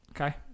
Okay